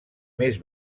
més